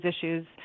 issues